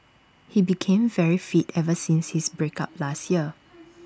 he became very fit ever since his break up last year